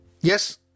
Yes